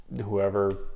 whoever